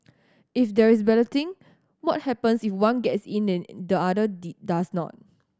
if there is balloting what happens if one gets in and the other did does not